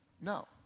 No